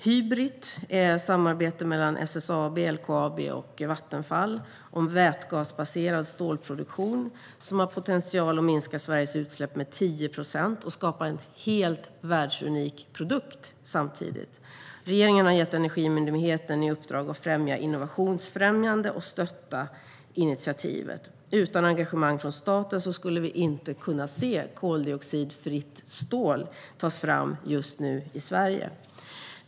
Hybrit är ett samarbete mellan SSAB, LKAB och Vattenfall för vätgasbaserad stålproduktion. Detta har potential att minska Sveriges utsläpp med 10 procent och samtidigt skapa en helt världsunik produkt. Regeringen har gett Energimyndigheten i uppdrag att främja innovationen och stötta initiativet. Utan engagemang från staten skulle vi inte kunna se koldioxidfritt stål tas fram just nu i Sverige.